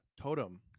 totem